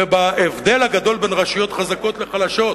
ובהבדל הגדול בין רשויות חזקות לחלשות,